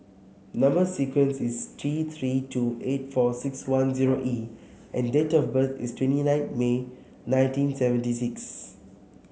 number sequence is T Three two eight four six one zero E and date of birth is twenty nine May nineteen seventy six